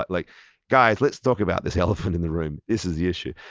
but like guys, let's talk about this elephant in the room. this is the issue,